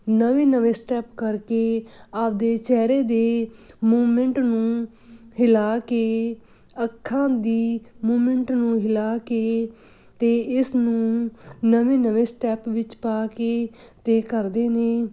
ਨਵੇਂ ਨਵੇਂ ਸਟੈਪ ਕਰਕੇ ਆਪਦੇ ਚਿਹਰੇ ਦੇ ਮੂਵਮੈਂਟ ਨੂੰ ਹਿਲਾ ਕੇ ਅੱਖਾਂ ਦੀ ਮੂਵਮੈਂਟ ਨੂੰ ਹਿਲਾ ਕੇ ਅਤੇ ਇਸ ਨੂੰ ਨਵੇਂ ਨਵੇਂ ਸਟੈਪ ਵਿੱਚ ਪਾ ਕੇ ਅਤੇ ਕਰਦੇ ਨੇ